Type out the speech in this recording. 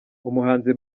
umuhanzi